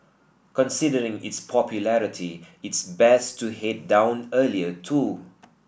considering its popularity it's best to head down earlier too